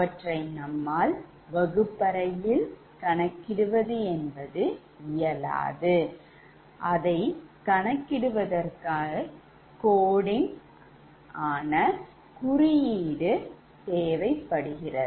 அவற்றை நம்மால் வகுப்பறையில் கணக்கிடுவது என்பது இயலாது